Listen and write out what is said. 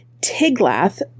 Tiglath